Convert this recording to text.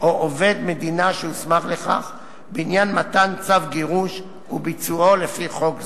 או עובד המדינה שהוסמך לכך בעניין מתן צו גירוש וביצועו לפי חוק זה.